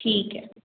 ठीक है